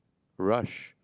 rush